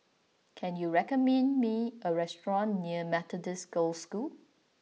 can you recommend me a restaurant near Methodist Girls' School